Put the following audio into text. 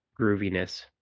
grooviness